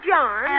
John